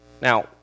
Now